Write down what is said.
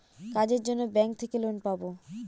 কাজের জন্য ব্যাঙ্ক থেকে লোন পাবো